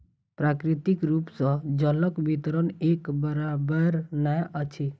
प्राकृतिक रूप सॅ जलक वितरण एक बराबैर नै अछि